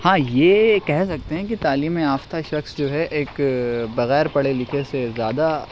ہاں یہ کہہ سکتے ہیں کہ تعلیم یافتہ شخص جو ہے ایک بغیر پڑھے لکھے سے زیادہ